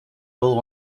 will